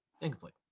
Incomplete